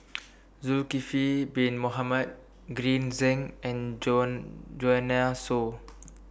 Zulkifli Bin Mohamed Green Zeng and Joanne Soo